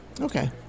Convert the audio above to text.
okay